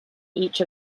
each